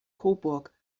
coburg